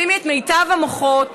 שימי את מיטב המוחות.